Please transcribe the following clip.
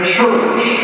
Church